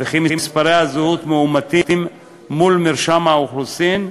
ומספרי הזהות מאומתים מול מרשם האוכלוסין,